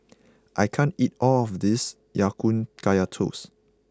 I can't eat all of this Ya Kun Kaya Toast